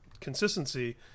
consistency